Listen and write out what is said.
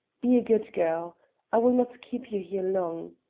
be a good girl i will not keep you here long.